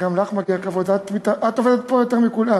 גם לך מגיע כבוד, את עובדת פה יותר מכולם,